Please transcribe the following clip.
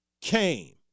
came